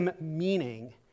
meaning